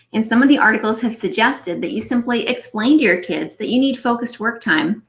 and some of the articles have suggested that you simply explain to your kids that you need focused work time,